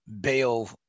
bail